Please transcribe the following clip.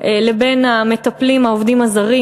לבין המטפלים העובדים הזרים,